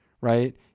right